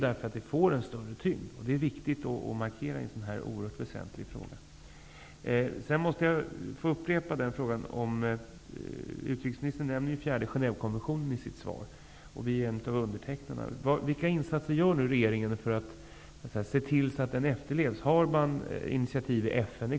Markeringen får då en större tyngd. Det är viktigt att göra en markering i en så oerhört väsentlig fråga. Jag måste få upprepa ett par frågor. Genèvekonventionen i sitt svar. Sverige är en av de länder som har undertecknat konventionen. Vilka insatser gör regeringen för att se till att konventionen efterlevs? Tas det initiativ i FN?